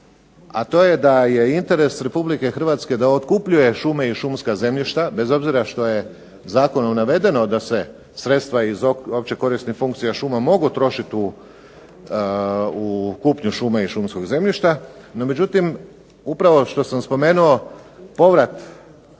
a to je da je interes Republike Hrvatske da otkupljuje šume i šumska zemljišta bez obzira što je zakonom navedeno da se sredstva iz opće korisnih funkcija šuma mogu trošiti u kupnju šume i šumskog zemljišta, no međutim, upravo što sam spomenuo povrat